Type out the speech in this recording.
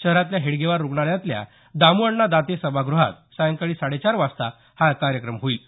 शहरातल्या हेडगेवार रुग्णालयातल्या दामुअण्णा दाते सभाग्रहात सायंकाळी साडे चार वाजता हा कार्यक्रम होईल